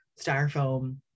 styrofoam